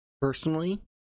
personally